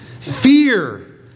Fear